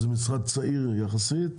זה משרד צעיר יחסית.